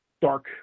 dark